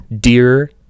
Dear